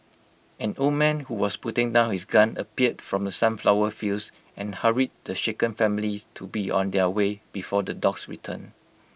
an old man who was putting down his gun appeared from the sunflower fields and hurried the shaken families to be on their way before the dogs return